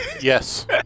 Yes